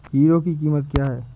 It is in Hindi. हीरो की कीमत क्या है?